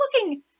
looking